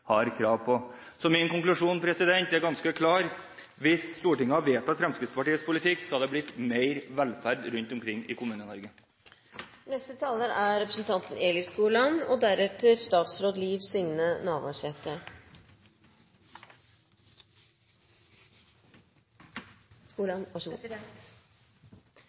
har krav på. Så min konklusjon er ganske klar: Hvis Stortinget hadde vedtatt Fremskrittspartiets politikk, hadde det blitt mer velferd rundt omkring i Kommune-Norge. Det er